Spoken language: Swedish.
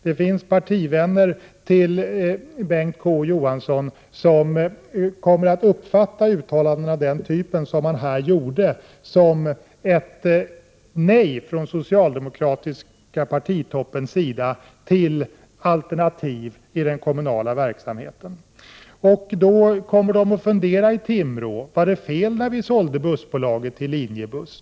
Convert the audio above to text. Det finns partivänner till Bengt K Å Johansson som kommer att uppfatta uttalanden av den här typen som ett nej från den socialdemokratiska partitoppen till alternativ i den kommunala verksamheten. Då kommer de att fundera i Timrå: Var det fel när vi sålde bussbolaget till Linjebuss?